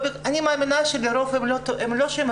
אני לא מאמינה שהם רעים,